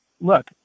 look